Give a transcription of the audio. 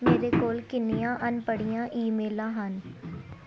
ਮੇਰੇ ਕੋਲ ਕਿੰਨੀਆਂ ਅਣ ਪੜ੍ਹੀਆਂ ਈਮੇਲਾਂ ਹਨ